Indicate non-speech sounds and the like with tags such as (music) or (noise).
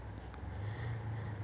(breath)